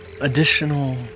additional